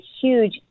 huge